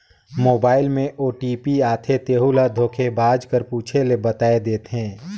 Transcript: mobile में OTP आथे तेहू ल धोखेबाज कर पूछे ले बताए देथे